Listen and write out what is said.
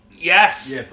Yes